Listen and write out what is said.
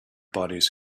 bodies